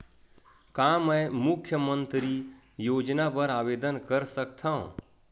का मैं मुख्यमंतरी योजना बर आवेदन कर सकथव?